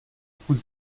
pokud